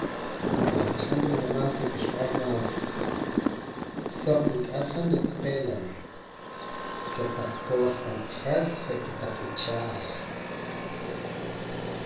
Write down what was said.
Han re' reh más sak'uxb'al más suq niq'or han re' taqee' la kotaq cosa pan q'ajas je' taq ichaj